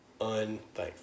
Unthankful